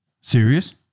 Serious